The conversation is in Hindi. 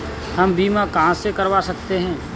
हम बीमा कहां से करवा सकते हैं?